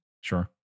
sure